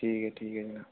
ठीक ऐ ठीक ऐ जनाब